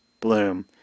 Bloom